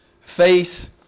face